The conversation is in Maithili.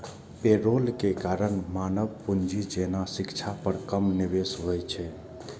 पेरोल के कारण मानव पूंजी जेना शिक्षा पर कम निवेश होइ छै